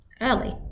early